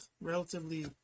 relatively